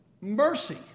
Mercy